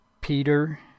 Peter